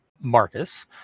marcus